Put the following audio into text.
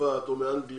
מצרפת או מאנגליה,